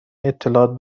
اطلاعات